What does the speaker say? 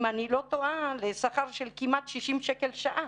אם אני לא טועה, לשכר של כמעט 60 שקל לשעה,